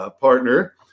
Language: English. Partner